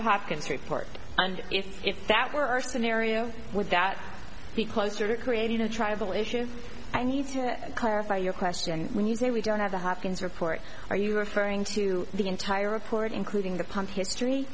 the hopkins report and if that were arson area would that be closer to creating a tribal issue i need to clarify your question when you say we don't have the hopkins report are you referring to the entire report including the pump history